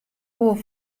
oer